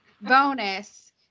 bonus